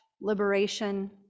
liberation